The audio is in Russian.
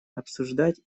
обсуждать